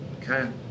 okay